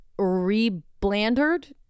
Reblandered